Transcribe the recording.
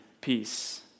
peace